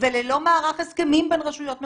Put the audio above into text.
וללא מערך הסכמים בין רשויות מקומיות.